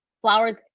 flowers